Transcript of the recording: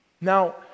Now